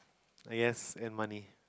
! guess and money